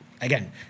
again